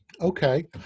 Okay